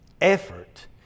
effort